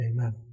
Amen